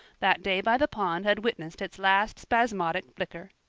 that day by the pond had witnessed its last spasmodic flicker.